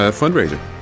fundraiser